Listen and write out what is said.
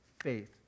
faith